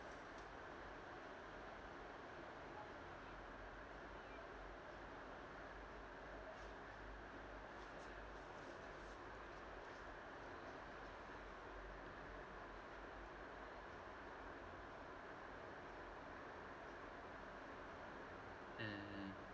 mmhmm